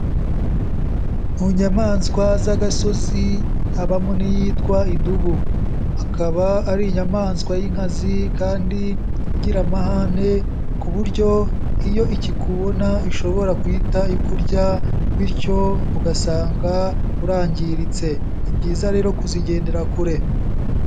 Mu nyamaswa z'agasozi habamo n'iyitwa idubu akaba ari inyamaswa y'inkazi kandi igira amahane ku buryo iyo ikikubona ishobora guhita ikurya bityo ugasanga urangiritse, ni byiza rero kuzigendera kure.